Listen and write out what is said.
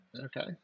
okay